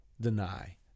deny